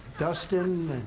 dustin.